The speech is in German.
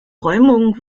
räumung